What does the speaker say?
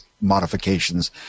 modifications